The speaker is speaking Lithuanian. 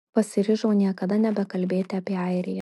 pasiryžau niekada nebekalbėti apie airiją